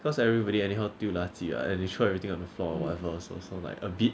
because everybody anyhow 丢垃圾 [what] then they throw everything on the floor or whatever so so like a bit